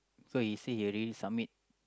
so you see he already summit